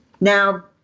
Now